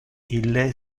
ille